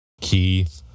Keith